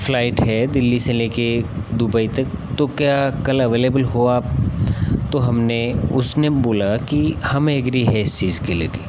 flight है दिल्ली से लेकर दुबई तक तो क्या कल एबलेबल हो आप तो हमने उसने बोला कि हम एग्री है इस चीज के लिए